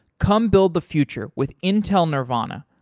come build the future with intel nervana.